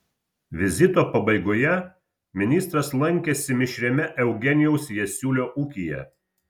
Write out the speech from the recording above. vizito pabaigoje ministras lankėsi mišriame eugenijaus jasiulio ūkyje